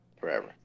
forever